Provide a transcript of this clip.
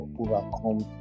overcome